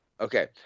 Okay